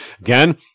again